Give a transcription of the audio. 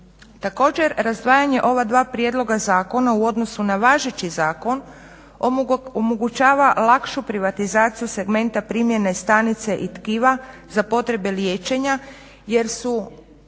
Također, razdvajanje ova dva prijedloga zakona u odnosu na važeći zakon omogućava lakšu privatizaciju segmenta primjene stanice i tkiva za potrebe liječenja jer su